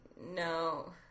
no